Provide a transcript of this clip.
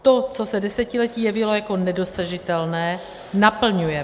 To, co se desetiletí jevilo jako nedosažitelné, naplňujeme.